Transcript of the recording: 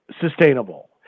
sustainable